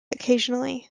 occasionally